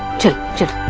two should